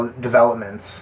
developments